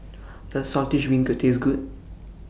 Does Saltish Beancurd Taste Good